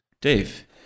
Dave